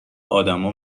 آدما